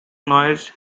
noise